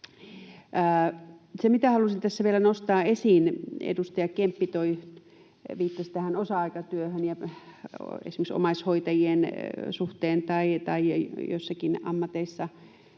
ollut. Halusin tässä vielä nostaa esiin sen, kun edustaja Kemppi viittasi tähän osa-aikatyöhön. Esimerkiksi omaishoitajien suhteen tai joissakin ammateissa